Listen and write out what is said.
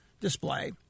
display